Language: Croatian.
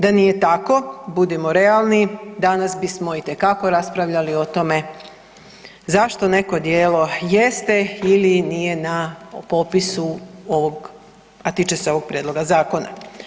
Da nije tako budimo realni, danas bismo itekako raspravljali o tome zašto neko djelo jeste ili nije na popisu ovog, a tiče se ovog prijedloga zakona.